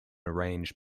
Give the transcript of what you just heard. arranged